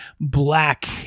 black